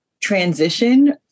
transition